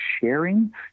sharing